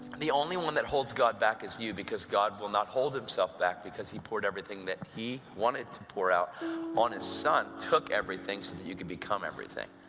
the only one that holds god back is you, because god will not hold himself back because he poured everything that he wanted to pour out on his son, who took everything so that you could become everything.